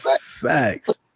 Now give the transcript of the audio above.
Facts